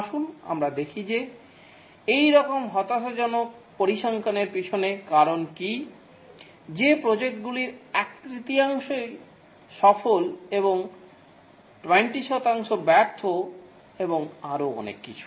আসুন আমরা দেখি যে এইরকম হতাশাজনক পরিসংখ্যানের পিছনে কারণ কী যে প্রজেক্টগুলির এক তৃতীয়াংশই সফল এবং 20 শতাংশ ব্যর্থ এবং আরও অনেক কিছু